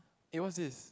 eh what's this